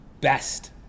best